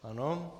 Ano.